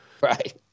right